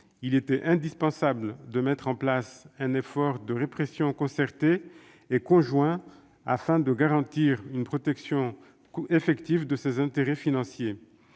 il était indispensable de mettre en place un effort de répression concerté et conjoint, afin de garantir une protection effective de ses intérêts financiers.